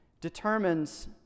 determines